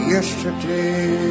Yesterday